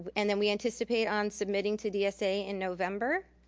and then we anticipate on submitting to dsa in november.